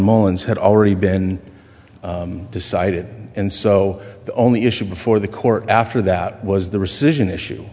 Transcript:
mullins had already been decided and so the only issue before the court after that was the rescission issue